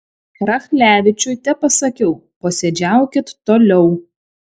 rachlevičiui tepasakiau posėdžiaukit toliau